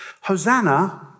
Hosanna